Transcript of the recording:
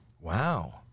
Wow